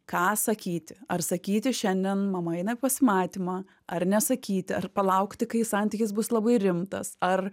ką sakyti ar sakyti šiandien mama eina į pasimatymą ar nesakyti ar palaukti kai santykis bus labai rimtas ar